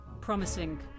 promising